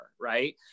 right